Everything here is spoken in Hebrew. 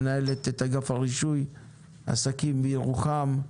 שמנהלת את אגף רישוי העסקים בירוחם,